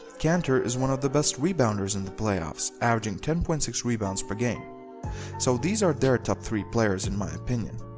kanter is one the best rebounders in the playoffs averaging ten point six rebounds per game so these are their top three players in my opinion,